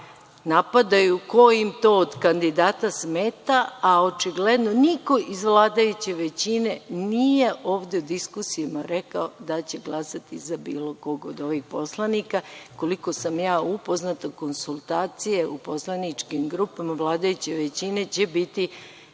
napadaju, ko im to od kandidata smeta, a očigledno niko iz vladajuće većine nije ovde u diskusijama rekao da će glasati za bilo kog od ovih poslanika. Koliko sam upoznata, konsultacije u poslaničkim grupama vladajuće većine će biti